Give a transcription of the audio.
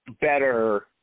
better